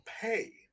pay